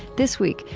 this week,